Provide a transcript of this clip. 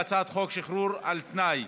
אנחנו עוברים להצעת חוק שחרור על תנאי.